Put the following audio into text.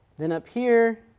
then up here,